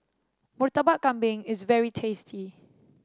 Murtabak Kambing is very tasty